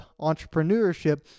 entrepreneurship